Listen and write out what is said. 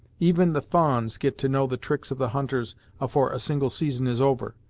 even the fa'ans get to know the tricks of the hunters afore a single season is over,